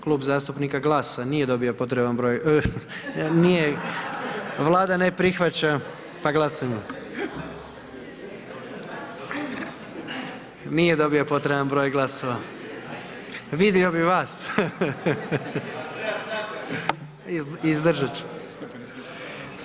Klub zastupnika GLAS-a nije dobio potreban broj, nije, Vlada ne prihvaća pa glasujmo Nije dobio potreban broj glasova. ... [[Upadica se ne čuje.]] Vidio bih vas. ... [[Upadica se ne čuje.]] Izdržat ću.